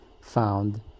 found